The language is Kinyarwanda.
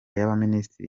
y’abaminisitiri